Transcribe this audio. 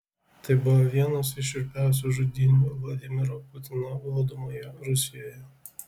tai buvo vienos iš šiurpiausių žudynių vladimiro putino valdomoje rusijoje